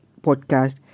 podcast